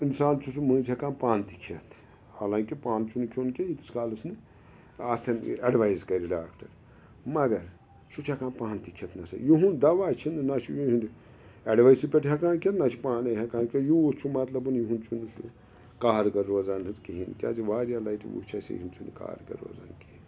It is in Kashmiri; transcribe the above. اِنسان چھُ سہ مٔنٛزۍ ہیٚکان پانہٕ تہِ کھٮ۪تھ حالانٛکہِ پانہٕ چھُنہٕ کھیوٚن کینٛہہ ییٖتِس کالَس نہٕ اَتھن اٮ۪ڈوایز کَرِ ڈاکٹَر مگر سُہ چھُ ہٮ۪کان پانہٕ تہِ کھٮ۪تھ نَہ سا یِہُنٛد دوا چھُنہٕ نہ چھُ یُِہنٛد اٮ۪ڈوایسہِ پٮ۪ٹھ ہیٚکان کھیٚتھ نہ چھُ پانے ہیٚکان کینٛہ یوٗتھ چھُ مطلبَن یِہُنٛد چھُنہ سُہ کارگر روزان حظ کِہیٖنۍ کیٛازِ واریاہ لَٹہِ وُچھ اَسہ یِم چھُنہٕ کارگر روزان کیٚنہہ